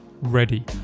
Ready